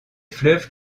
fleuves